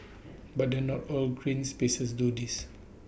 but then not all green spaces do this